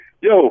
yo